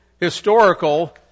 historical